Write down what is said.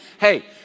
hey